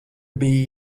bija